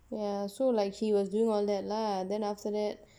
ya so like he was doing all that lah then after that